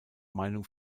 meinung